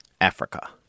Africa